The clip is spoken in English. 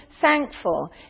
thankful